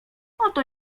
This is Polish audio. oto